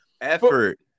Effort